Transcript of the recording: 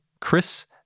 Chris